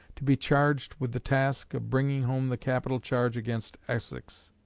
to be charged with the task of bringing home the capital charge against essex.